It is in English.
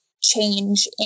change